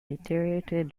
deteriorated